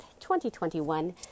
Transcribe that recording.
2021